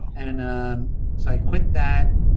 and so i quit that,